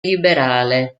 liberale